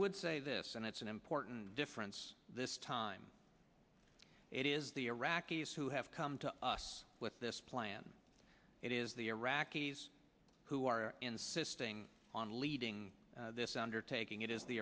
would say this and it's an import and difference this time it is the iraqis who have come to us with this plan it is the iraqis who are insisting on leading this undertaking it is the